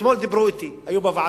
ואתמול דיברו אתי, היו בוועדה.